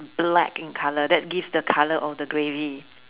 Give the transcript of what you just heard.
black in colour that gives the colour of the gravy